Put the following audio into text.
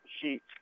Sheets